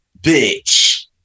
Bitch